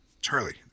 charlie